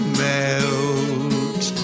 melt